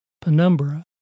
penumbra